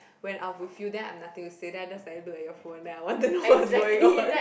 when I'm with you then I've nothing to say then I just look at your phone then I want to know what's going on